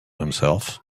himself